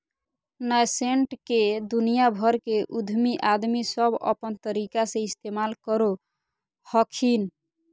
nascent के दुनिया भर के उद्यमी आदमी सब अपन तरीका से इस्तेमाल करो हखिन